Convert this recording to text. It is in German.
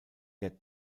der